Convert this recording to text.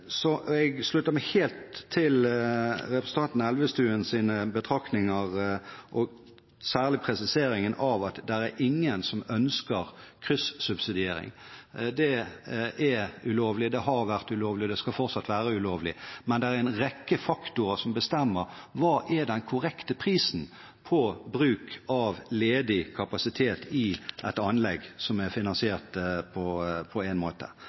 Jeg slutter meg helt til representanten Elvestuens betraktninger, særlig presiseringen av at det er ingen som ønsker kryssubsidiering. Det er ulovlig, det har vært ulovlig, og det skal fortsatt være ulovlig. Men det er en rekke faktorer som bestemmer hva som er den korrekte prisen på bruk av ledig kapasitet i et anlegg som er finansiert på én måte.